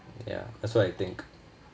ya that's what I think